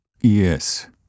Yes